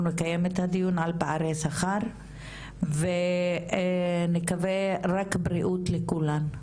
אנחנו נקיים את הדיון על פערי שכר ונקווה רק בריאות לכולם.